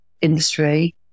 industry